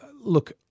look